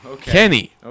Kenny